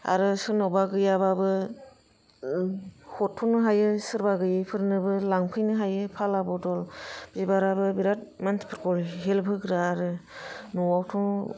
आरो सोरनावबा गैयाबाबो हरथ'नो हायो सोरबा गैयैफोरनोबो लांफैनो हायो फाला बदल बिबाराबो बिराद मानसिफोरखौ हेल्फ होग्रा आरो न'आवथ'